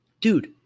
Dude